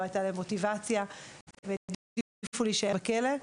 לא היתה להם מוטיבציה והעדיפו להישאר בכלא.